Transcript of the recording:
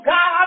God